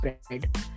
spread